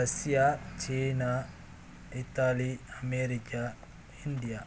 Russia China Italy America India